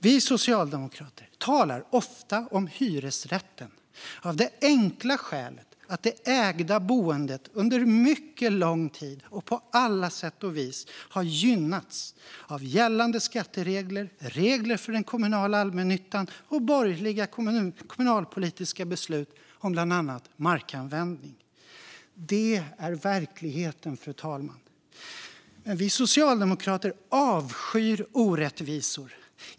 Vi socialdemokrater talar ofta om hyresrätten, av det enkla skälet att det ägda boendet under mycket lång tid och på alla sätt och vis har gynnats av gällande skatteregler, regler för den kommunala allmännyttan och borgerliga kommunalpolitiska beslut om bland annat markanvändning. Det är verkligheten, fru talman. Men vi socialdemokrater avskyr orättvisor.